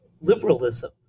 liberalism